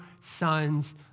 son's